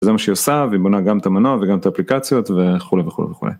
זה מה שהיא עושה והיא בונה גם את המנוע וגם את האפליקציות וכולי וכולי וכולי.